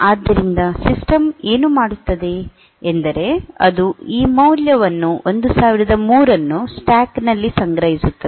ಆದ್ದರಿಂದ ಸಿಸ್ಟಮ್ ಏನು ಮಾಡುತ್ತದೆ ಎಂದರೆ ಅದು ಈ ಮೌಲ್ಯವನ್ನು 1003 ಅನ್ನು ಸ್ಟ್ಯಾಕ್ ನಲ್ಲಿ ಸಂಗ್ರಹಿಸುತ್ತದೆ